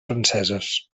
franceses